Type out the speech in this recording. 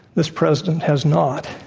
this president has not.